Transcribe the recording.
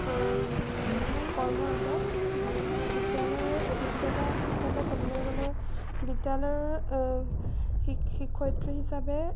কৰ্মৰত বিদ্যালয়ৰ অভিজ্ঞতা হিচাপে ক'বলৈ গ'লে বিদ্যালয়ৰ শি শিক্ষয়িত্ৰী হিচাপে